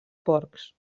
porcs